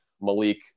Malik